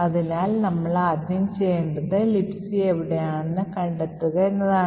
അതിനാൽ നമ്മൾ ആദ്യം ചെയ്യേണ്ടത് Libc എവിടെയാണെന്ന് കണ്ടെത്തുക എന്നതാണ്